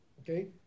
Okay